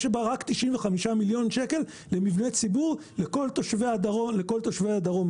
בה רק 95 מיליון שקל למבני ציבור לכל תושבי הדרום הבדואים.